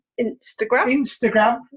Instagram